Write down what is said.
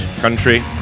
country